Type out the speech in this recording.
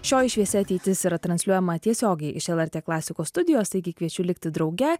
šioji šviesi ateitis yra transliuojama tiesiogiai iš lrt klasikos studijos taigi kviečiu likti drauge